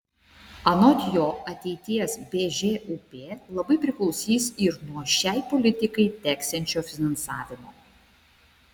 anot jo ateities bžūp labai priklausys ir nuo šiai politikai teksiančio finansavimo